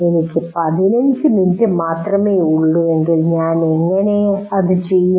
എനിക്ക് 15 മിനിറ്റ് മാത്രമേ ഉള്ളൂവെങ്കിൽ ഞാൻ അത് എങ്ങനെ ചെയ്യും